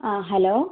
ആ ഹലോ